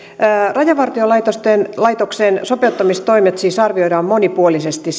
rajavartiolaitoksen sopeuttamistoimet siis arvioidaan monipuolisesti